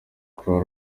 croix